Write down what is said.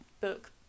book